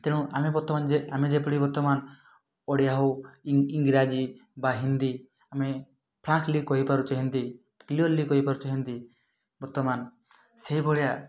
ତେଣୁ ଆମେ ବର୍ତ୍ତମାନ ଯେ ଆମେ ଯେପରି ବର୍ତ୍ତମାନ ଓଡ଼ିଆ ହଉ ଇଙ୍ଗ୍ରାଜି ବା ହିନ୍ଦୀ ଆମେ ଫାଷ୍ଟଲି କହିପାରୁଛେ ହିନ୍ଦୀ କ୍ଲିଅରଲି କହିପାରୁଛେ ହିନ୍ଦୀ ବର୍ତ୍ତମାନ ସେହିଭଳିଆ